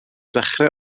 dechrau